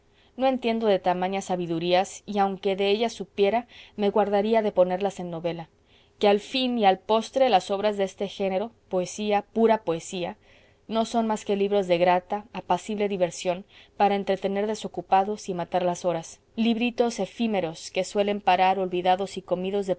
no entiendo de tamañas sabidurías y aunque de ellas supiera me guardaría de ponerlas en novela que a la fin y a la postre las obras de este género poesía pura poesía no son más que libros de grata apacible diversión para entretener desocupados y matar las horas libritos efímeros que suelen parar olvidados y comidos